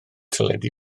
teledu